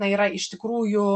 na yra iš tikrųjų